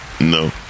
No